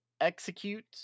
Execute